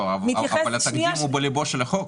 לא, אבל התקדים הוא בליבו של החוק.